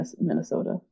Minnesota